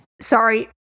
sorry